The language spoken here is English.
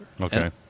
Okay